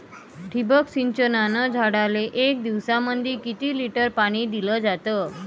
ठिबक सिंचनानं झाडाले एक दिवसामंदी किती लिटर पाणी दिलं जातं?